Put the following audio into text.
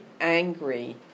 angry